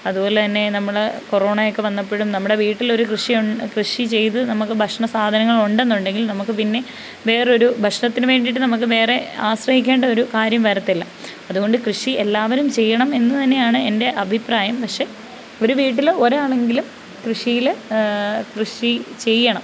അതുപോലെ തന്നെ നമ്മൾ കൊറോണയൊക്കെ വന്നപ്പോഴും നമ്മുടെ വീട്ടിൽ ഒരു കൃഷി ഒന് ഉണ്ട് കൃഷി ചെയ്ത് നമുക്ക് ഭക്ഷ്ണസാധനങ്ങൾ ഉണ്ടെന്നുണ്ടെങ്കിൽ നമുക്ക് പിന്നെ വേറൊരു ഭക്ഷ്ണത്തിനു വേണ്ടിട്ട് നമുക്ക് വേറെ ആശ്രയിക്കേണ്ട ഒരു കാര്യം വരത്തില്ല അതുകൊണ്ട് കൃഷി എല്ലാവരും ചെയ്യണം എന്നു തന്നെയാണ് എൻ്റെ അഭിപ്രായം പക്ഷേ ഒരു വീട്ടിൽ ഒരാളെങ്കിലും കൃഷിയിൽ കൃഷി ചെയ്യണം